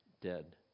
dead